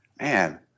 Man